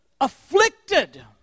afflicted